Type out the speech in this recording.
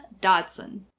Dodson